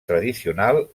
tradicional